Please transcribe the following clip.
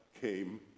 Came